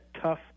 tough